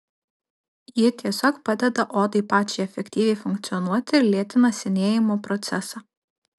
ji tiesiog padeda odai pačiai efektyviai funkcionuoti ir lėtina senėjimo procesą